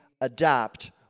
adapt